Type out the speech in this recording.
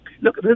look